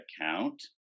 account